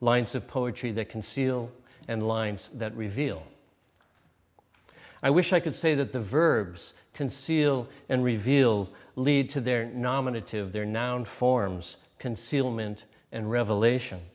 lines of poetry that conceal and lines that reveal i wish i could say that the verbs conceal and reveal lead to their nominative their noun forms concealment and revelation